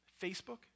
Facebook